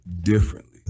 differently